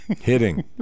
Hitting